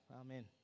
amen